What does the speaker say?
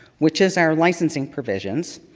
which is our licensing provisions.